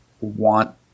want